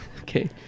Okay